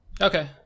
Okay